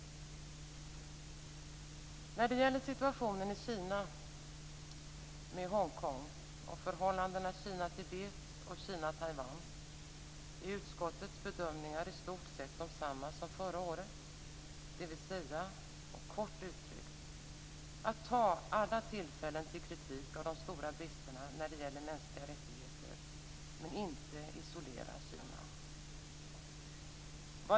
När det gäller förhållandet Kina-Hongkong, Kina-Tibet och Kina-Taiwan är utskottets bedömning i stort sett densamma som förra året, dvs. att ta alla tillfällen till kritik av de stora bristerna när det gäller mänskliga rättigheter men inte isolera Kina.